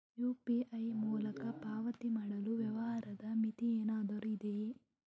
UPI ಮೂಲಕ ಪಾವತಿ ಮಾಡಲು ವ್ಯವಹಾರದ ಮಿತಿ ಏನಾದರೂ ಇದೆಯೇ?